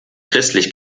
christlich